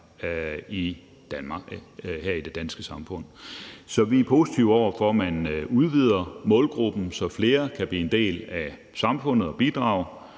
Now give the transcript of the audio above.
sig her i det danske samfund. Så vi er positive over for, at man udvider målgruppen, så flere kan blive en del af samfundet og bidrage,